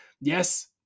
Yes